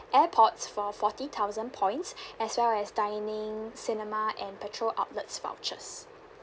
airpods for forty thousand points as well as dining cinema and petrol outlets vouchers